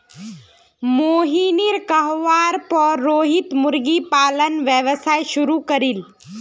मोहिनीर कहवार पर रोहित मुर्गी पालन व्यवसाय शुरू करील